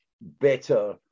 better